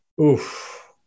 oof